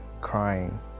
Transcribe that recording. crying